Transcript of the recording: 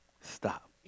Stop